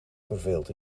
verveeld